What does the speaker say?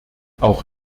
auch